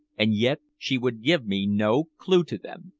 and yet she would give me no clue to them.